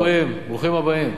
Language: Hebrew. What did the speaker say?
תהיו בריאים, ברוכים הבאים.